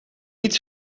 niet